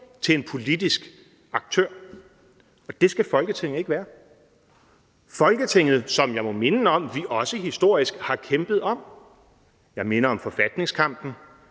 til en politisk aktør, og det skal Folketinget ikke være. Folketinget må jeg minde om at vi også historisk har kæmpet om – jeg minder om forfatningskampen,